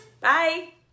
Bye